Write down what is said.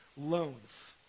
Loans